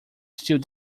still